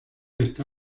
está